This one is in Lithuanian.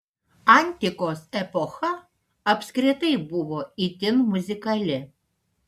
antikos epocha apskritai buvo itin muzikali